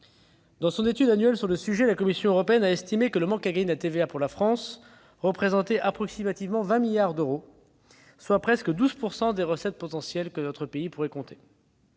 Dans son étude annuelle sur le sujet, la Commission européenne a estimé que le manque à gagner de TVA pour la France représentait approximativement 20 milliards d'euros, soit presque 12 % des recettes potentielles que notre pays pourrait compter.